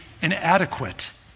inadequate